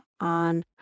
on